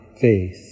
faith